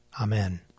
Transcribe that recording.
Amen